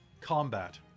combat